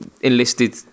enlisted